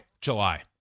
July